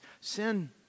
Sin